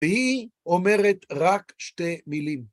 ‫והיא אומרת רק שתי מילים.